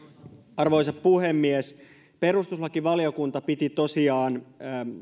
arvoisa puhemies perustuslakivaliokunta piti tosiaan